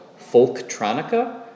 Folktronica